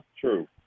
true